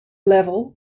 level